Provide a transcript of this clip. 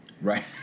Right